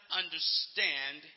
understand